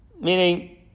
Meaning